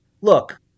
look